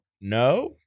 no